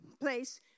place